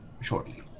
shortly